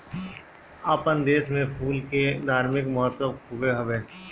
आपन देस में फूल के धार्मिक महत्व खुबे हवे